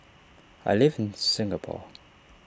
I live in Singapore